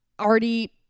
already